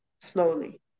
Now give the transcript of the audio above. slowly